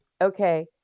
okay